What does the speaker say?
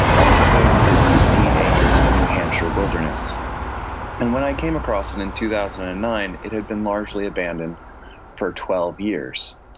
on four hundred pristine acres of new hampshire wilderness and when i came across it in two thousand and nine, it had been largely abandoned for twelve years.